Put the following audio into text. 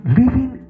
living